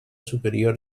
superior